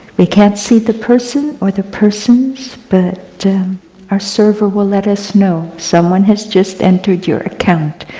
we can't see the person or the persons but our server will let us know, someone has just entered your account.